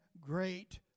great